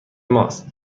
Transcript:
ماست